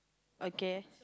okay